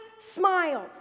smile